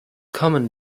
common